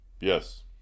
Yes